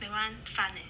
that [one] fun leh